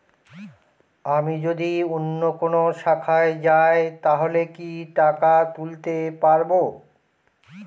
আমি যদি অন্য কোনো শাখায় যাই তাহলে কি টাকা তুলতে পারব?